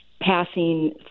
passing